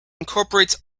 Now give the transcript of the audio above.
incorporates